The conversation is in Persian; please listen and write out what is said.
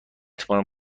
توانم